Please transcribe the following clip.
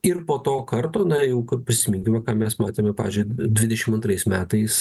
ir po to karto na juk prisiminkime ką mes matėme pavyzdžiui dvidešim antrais metais